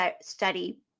study